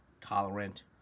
tolerant